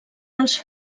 dels